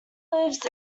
lives